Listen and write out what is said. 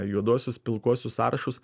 juoduosius pilkuosius sąrašus